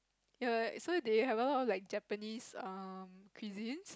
err so they have a lot of like Japanese um cuisines